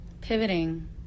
Pivoting